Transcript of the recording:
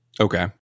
Okay